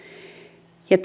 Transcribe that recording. ja